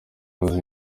yaguze